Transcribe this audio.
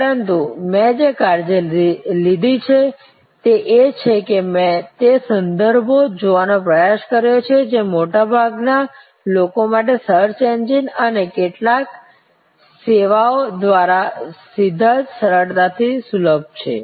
પરંતુ મેં જે કાળજી લીધી છે તે એ છે કે મેં તે સંદર્ભો જોવાનો પ્રયાસ કર્યો છે જે મોટાભાગના લોકો માટે સર્ચ એન્જિન અને કેટલીક સેવાઓ દ્વારા સીધા જ સરળતાથી સુલભ છે